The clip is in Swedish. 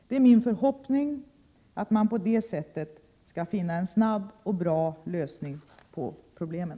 Det är min förhoppning att man på det sättet skall finna en snabb och bra lösning på problemen.